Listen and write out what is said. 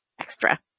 extra